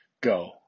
Go